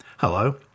Hello